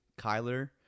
Kyler